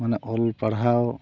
ᱢᱟᱱᱮ ᱚᱞ ᱯᱟᱲᱦᱟᱣ